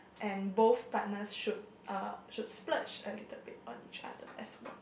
and both partners should uh should splurge a little bit on each other as and when